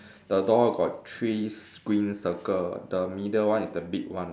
the door got three s~ green circle the middle one is the big one